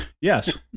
Yes